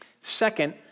Second